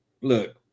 Look